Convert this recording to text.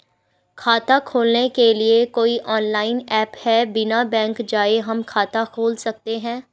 खाता खोलने के लिए कोई ऑनलाइन ऐप है बिना बैंक जाये हम खाता खोल सकते हैं?